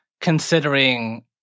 considering